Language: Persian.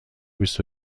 بیست